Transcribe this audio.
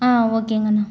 ஓகேங்கண்ணா